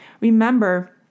remember